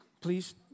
please